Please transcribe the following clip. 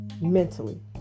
mentally